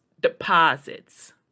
deposits